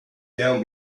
down